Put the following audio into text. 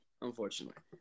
unfortunately